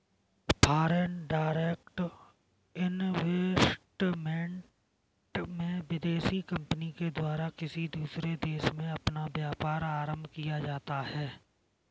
foreign direct investment में विदेशी company के द्वारा किसी दूसरे देश में अपना व्यापार आरंभ किया जाता है